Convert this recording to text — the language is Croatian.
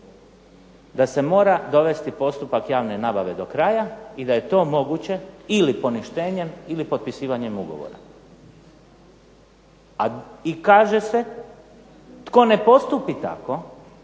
da se mora dovesti postupak javne nabave do kraja i da je to moguće ili poništenjem ili potpisivanjem ugovora a i kaže se tko ne postupi tako